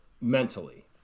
mentally